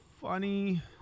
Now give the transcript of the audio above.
funny